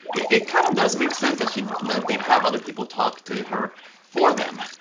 it kind of does make sense that she that they'd have other people talk to her for them,